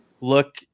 look